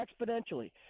exponentially